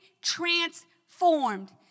transformed